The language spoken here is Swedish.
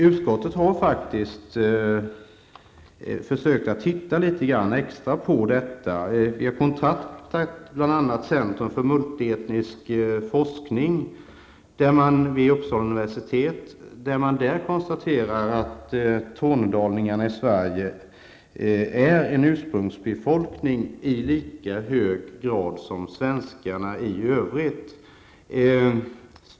Utskottet har försökt att titta extra på detta. Vi har kontaktat Centrum för multietnisk forskning vid Uppsala universitet. Där har man konstaterat att tornedalingarna i Sverige är en ursprungsbefolkning i lika hög grad som svenskarna i övrigt.